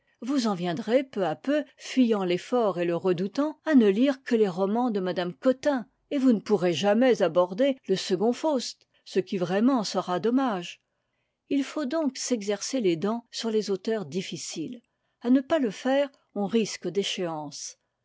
vous en viendrez peu à peu fuyant l'effort et le redoutant à ne lire que les romans de mme cottin et vous ne pourrez jamais aborder le second faust ce qui vraiment sera dommage il faut donc s'exercer les dents sur les auteurs difficiles à ne pas le faire on risque déchéance